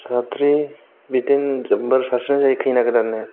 साद्रि बिदिनो बोर सारस्रिनाय जायो खैना गोदाननो